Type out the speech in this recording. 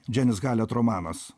dženis halet romanas